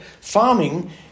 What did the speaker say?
farming